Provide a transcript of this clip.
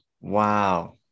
Wow